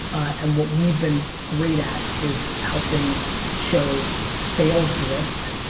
and what we've been great at is helping show sales lift,